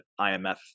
IMF